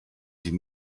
sie